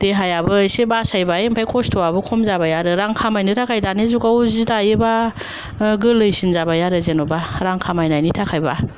देहायाबो एसे बासायबाय आमफ्राय खस्थआबो एसे खम जाबाय आरो रां खामायनो थाखाय दानि जुगाव जि दायोबा गोरलैसिन जाबाय आरो जेनबा रां खामायनायनि थाखायबा